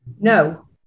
No